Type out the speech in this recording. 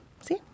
See